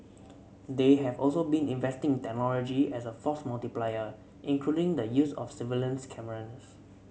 they have also been investing in technology as a force multiplier including the use of surveillance cameras